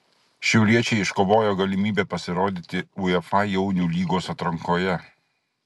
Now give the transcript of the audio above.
šiauliečiai iškovojo galimybę pasirodyti uefa jaunių lygos atrankoje